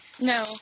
No